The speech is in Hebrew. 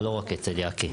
אבל לא רק אצל יקי.